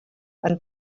and